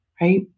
Right